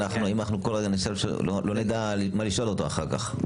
אם כל רגע נשב, לא נדע מה לשאול אותו אחר כך.